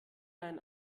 ein